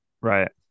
Right